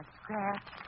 scratch